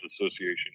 Association